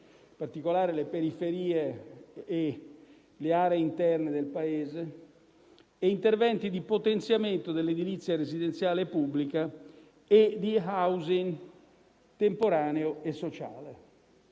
in particolare le periferie e le aree interne del Paese, e interventi di potenziamento dell'edilizia residenziale pubblica e di *housing* temporaneo e sociale.